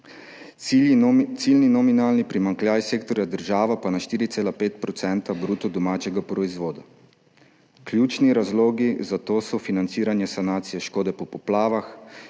ciljni nominalni primanjkljaj sektorja država pa na 4,5 % bruto domačega proizvoda. Ključni razlogi za to so financiranje sanacije škode po poplavah,